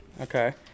Okay